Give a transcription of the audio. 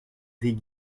des